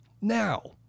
Now